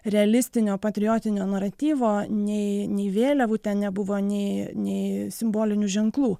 realistinio patriotinio naratyvo nei nei vėliavų ten nebuvo nei nei simbolinių ženklų